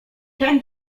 ten